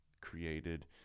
created